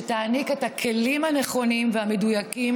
שתעניק את הכלים הנכונים והמדויקים,